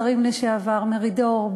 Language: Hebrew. השרים לשעבר מרידור,